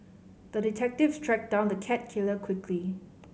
the detective tracked down the cat killer quickly